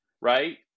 right